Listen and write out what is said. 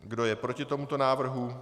Kdo je proti tomuto návrhu?